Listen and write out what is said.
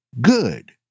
good